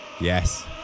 Yes